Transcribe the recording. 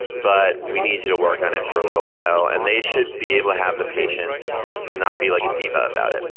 but we need to work on it for a little while? and they should be able to have the patience and not be like a diva about it.